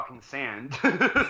sand